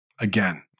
Again